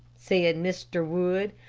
said mr. wood.